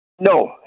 No